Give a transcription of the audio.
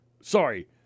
Sorry